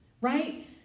right